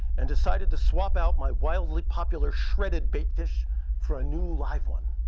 and decided to swap out my wildly popular shredded bait fish for a new live one.